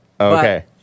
Okay